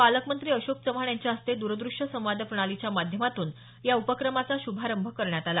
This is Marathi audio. पालकमंत्री अशोक चव्हाण यांच्या हस्ते दूरदृश्य संवाद प्रणालीच्या माध्यमातून या उपक्रमाचा श्रभारंभ करण्यात आला